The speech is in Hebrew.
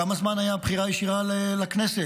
כמה זמן הייתה הבחירה הישירה לכנסת?